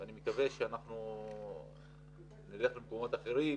ואני מקווה שנלך למקומות אחרים